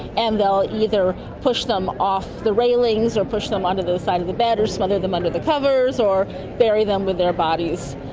and they'll either push them off the railings or push them under the side of the bed or smother them under the covers or bury them with their bodies.